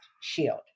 shield